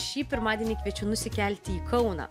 šį pirmadienį kviečiu nusikelti į kauną